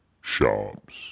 Shops